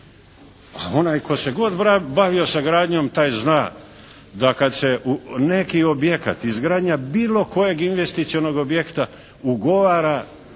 a onaj tko se god bavio sa gradnjom taj zna da kad se u neki objekat izgradnja bilo kojeg investicionog objekta ugovora